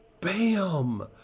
bam